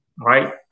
right